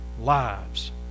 lives